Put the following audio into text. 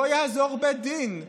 לא יעזור בית דין,